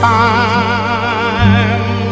time